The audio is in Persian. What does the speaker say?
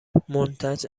منتج